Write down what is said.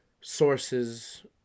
sources